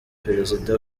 perezida